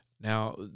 Now